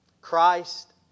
Christ